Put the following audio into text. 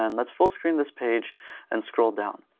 and let's full-screen this page and scroll down.